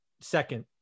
second